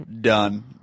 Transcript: Done